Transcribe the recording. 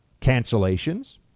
cancellations